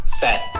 set